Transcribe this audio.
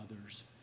others